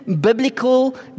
biblical